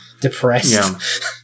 depressed